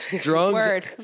Drugs